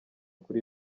kuri